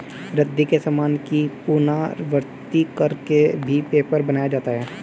रद्दी के सामान की पुनरावृति कर के भी पेपर बनाया जाता है